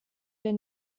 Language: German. der